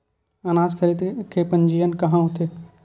अनाज खरीदे के पंजीयन कहां होथे?